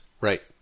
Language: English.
Right